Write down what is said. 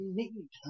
need